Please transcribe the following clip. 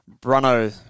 Bruno